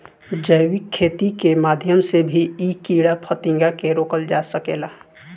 जैविक खेती के माध्यम से भी इ कीड़ा फतिंगा के रोकल जा सकेला